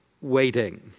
waiting